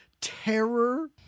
terror